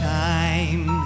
time